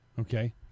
Okay